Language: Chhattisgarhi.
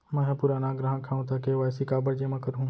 मैं ह पुराना ग्राहक हव त के.वाई.सी काबर जेमा करहुं?